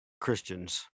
Christians